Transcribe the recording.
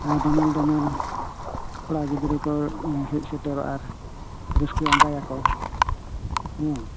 ᱦᱮᱸ ᱫᱚᱢᱮᱞ ᱫᱚᱢᱮᱞ ᱠᱚᱲᱟ ᱜᱤᱫᱽᱨᱟᱹ ᱠᱚ ᱮᱸ ᱦᱮᱡ ᱥᱮᱴᱮᱨᱚᱜ ᱟ ᱟᱨ ᱨᱟᱹᱥᱠᱟᱹ ᱟᱸᱜᱟᱭᱟᱠᱚ ᱦᱩᱸ